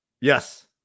yes